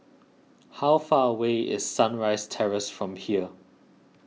how far away is Sunrise Terrace from here